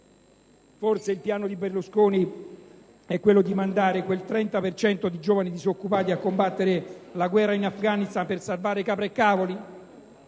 Forse il piano di Berlusconi è quello di mandare quel 30 per cento di giovani disoccupati a combattere la guerra in Afghanistan per salvare capra e cavoli?